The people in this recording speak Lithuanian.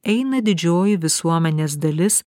eina didžioji visuomenės dalis